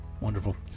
Wonderful